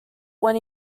when